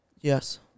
Yes